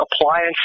appliance